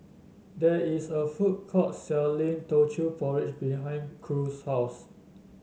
there is a food court selling Teochew Porridge behind Cruz's house